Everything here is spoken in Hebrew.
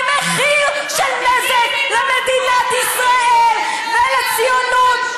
במחיר של נזק למדינת ישראל ולציונות.